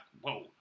Whoa